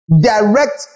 Direct